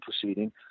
proceeding